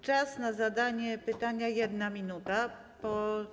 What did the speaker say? Czas na zadanie pytania - 1 minuta.